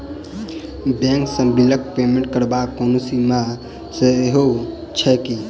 Bank सँ बिलक payment करबाक कोनो सीमा सेहो छैक की?